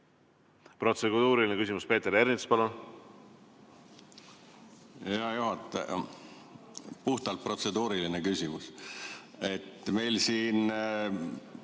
Protseduuriline küsimus, Peeter Ernits, palun!